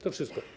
To wszystko.